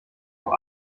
vor